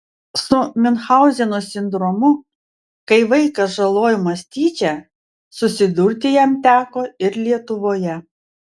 su miunchauzeno sindromu kai vaikas žalojamas tyčia susidurti jam teko ir lietuvoje